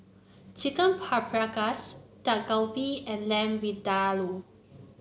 Chicken Paprikas Dak Galbi and Lamb Vindaloo